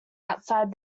outside